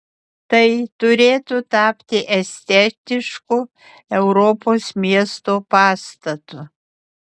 tai turėtų tapti estetišku europos miesto pastatu